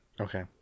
Okay